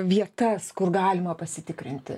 vietas kur galima pasitikrinti